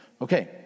Okay